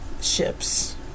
ships